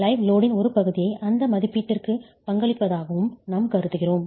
live லோடின் ஒரு பகுதியை அந்த மதிப்பீட்டிற்கு பங்களிப்பதாகவும் நாம் கருதுகிறோம்